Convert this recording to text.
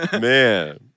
Man